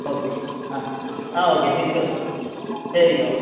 okay ah ah okay six சரிங்க ma'am